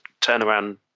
turnaround